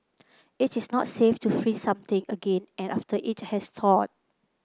it is not safe to freeze something again and after it has thawed